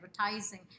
advertising